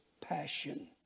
passion